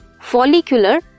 follicular